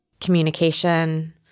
communication